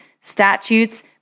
statutes